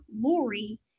Lori